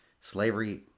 Slavery